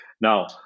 Now